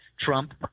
Trump